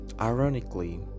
ironically